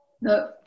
No